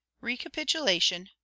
recapitulation